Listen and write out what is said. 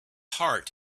heart